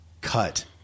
cut